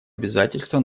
обязательство